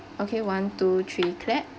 okay one two three clap